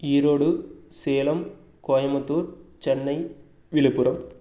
Erode Salem Coimbatore Chennai Villupuram